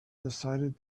decided